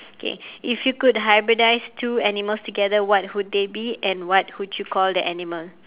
okay if you could hybridise two animals together what would they be and what would you call the animal